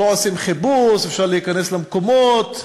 לא עושים חיפוש, אפשר להיכנס למקומות,